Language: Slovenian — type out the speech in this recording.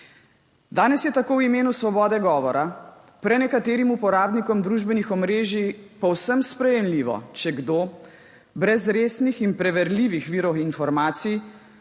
Danes je tako v imenu svobode govora prenekaterim uporabnikom družbenih omrežij povsem sprejemljivo, če kdo brez resnih in preverljivih virov informacij